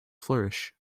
flourish